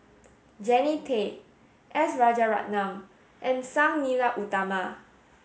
Jannie Tay S Rajaratnam and Sang Nila Utama